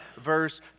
verse